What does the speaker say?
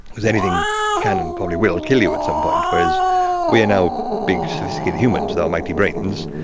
because anything can and probably will kill you at some point, whereas we are now big sophisticated humans with our mighty brains.